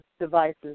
devices